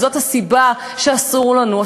וזאת הסיבה שאסור לנו,